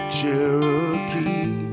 Cherokee